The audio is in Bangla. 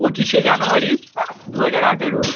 পঁচিশে জানুয়ারি দু হাজার আঠেরো